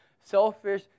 selfish